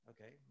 Okay